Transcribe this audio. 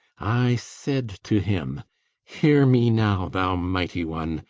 i said to him hear me now, thou mighty one!